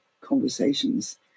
conversations